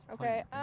Okay